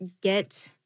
get